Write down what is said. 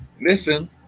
listen